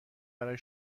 برای